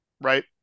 right